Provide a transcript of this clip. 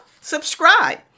subscribe